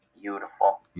Beautiful